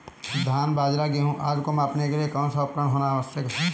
धान बाजरा गेहूँ आदि को मापने के लिए कौन सा उपकरण होना आवश्यक है?